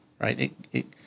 right